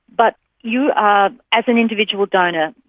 but you are, as an individual donor,